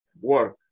work